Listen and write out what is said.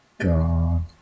god